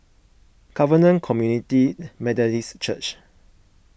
Covenant Community Methodist Church